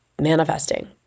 manifesting